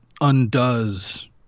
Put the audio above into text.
undoes